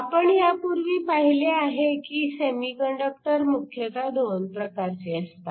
आपण ह्यापूर्वी पाहिले आहे की सेमीकंडक्टर मुख्यतः २ प्रकारचे असतात